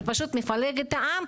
זה פשוט מפלג את העם,